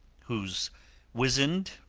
whose wizened,